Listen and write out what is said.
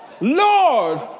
Lord